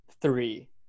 three